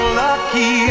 lucky